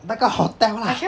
那个 hotel lah